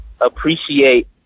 appreciate